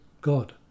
God